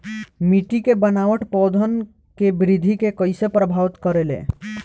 मिट्टी के बनावट पौधन के वृद्धि के कइसे प्रभावित करे ले?